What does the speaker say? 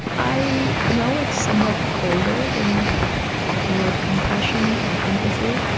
i know it's somewhat colder than the word compassion or empathy,